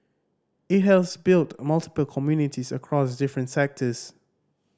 it has built multiple communities across different sectors